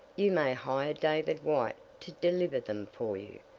you may hire david white to deliver them for you.